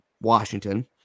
Washington